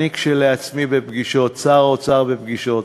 אני כשלעצמי בפגישות, שר האוצר בפגישות,